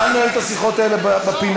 נא לנהל את השיחות האלה בפינה,